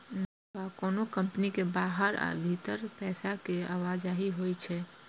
नकद प्रवाह कोनो कंपनी के बाहर आ भीतर पैसा के आवाजही होइ छै